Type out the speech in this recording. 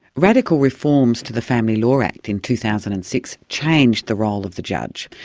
radical reforms to the family law act in two thousand and six changed the role of the judge.